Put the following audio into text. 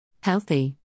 Healthy